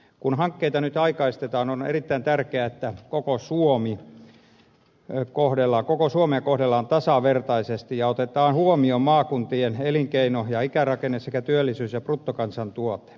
kun hankkeita nyt aikaistetaan on erittäin tärkeää että koko suomea kohdellaan tasavertaisesti ja otetaan huomioon maakuntien elinkeino ja ikärakenne sekä työllisyys ja bruttokansantuote